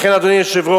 לכן, אדוני היושב-ראש,